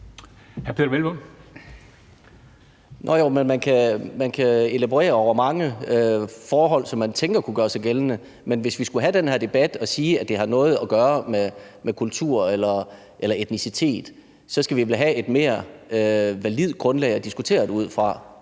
Man kan elaborere over mange forhold, som man tænker kunne gøre sig gældende. Men hvis vi skulle have den her debat og sige, at det har noget at gøre med kultur eller etnicitet, så skal vi vel have et mere validt grundlag at diskutere det ud fra.